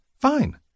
Fine